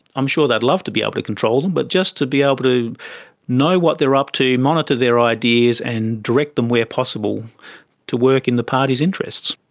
i'm sure they'd love to be able to control them, but just to be able to know what they're up to, monitor their ideas and direct them where possible to work in the party's interests.